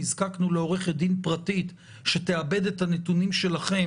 נזקקנו לעורכת דין פרטית שתעבד את הנתונים שלהם,